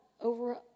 over